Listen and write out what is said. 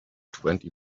twenty